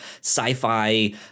sci-fi